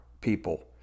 people